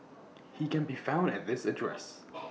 he can be found at this address